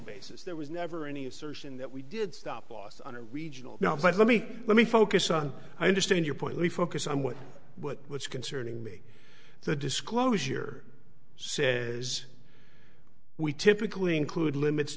basis there was never any assertion that we did stop loss on a regional now let me let me focus on i understand your point we focus on what what what's concerning me the disclosure say is we typically include limits